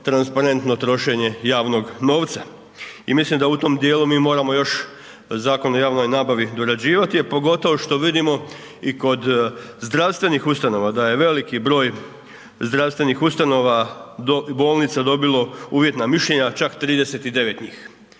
transparentno trošenje javnog novca. I mislim da u tom djelu mi moramo još zakone o javnoj nabavi dorađivati a pogotovo što vidimo i kod zdravstvenih ustanova da je veliki broj zdravstvenih ustanova, bolnica dobilo uvjetna mišljenja, čak 39 njih.